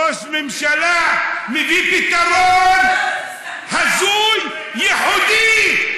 ראש ממשלה מביא פתרון הזוי, ייחודי.